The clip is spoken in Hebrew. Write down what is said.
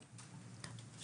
בזום,